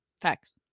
Facts